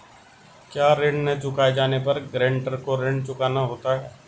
क्या ऋण न चुकाए जाने पर गरेंटर को ऋण चुकाना होता है?